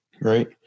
right